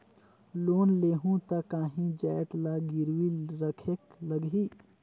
Loan लेहूं ता काहीं जाएत ला गिरवी रखेक लगही?